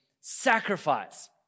sacrifice